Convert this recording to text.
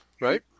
Right